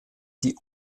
die